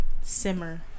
simmer